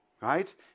right